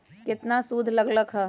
केतना सूद लग लक ह?